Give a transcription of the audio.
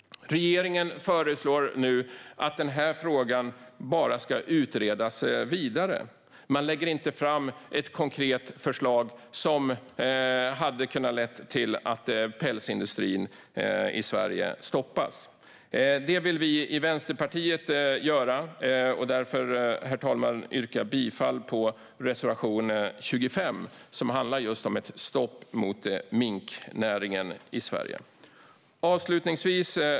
Regeringen föreslår nu att den här frågan bara ska utredas vidare. Man lägger inte fram ett konkret förslag som skulle kunna leda till att pälsindustrin i Sverige stoppas. Det vill vi i Vänsterpartiet göra. Därför, herr talman, yrkar jag bifall till reservation 25, som handlar om just ett stopp för minknäringen i Sverige.